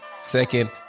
Second